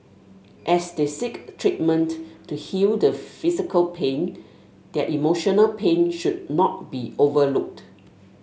as they seek treatment to heal the physical pain their emotional pain should not be overlooked